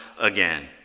again